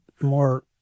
more